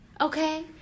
okay